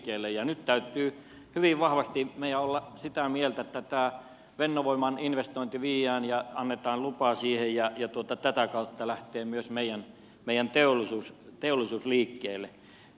ja nyt täytyy hyvin vahvasti meidän olla sitä mieltä että tämä fennovoiman investointi viedään ja annetaan lupa siihen ja tätä kautta lähtee myös meidän teollisuus liikkeelle